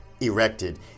erected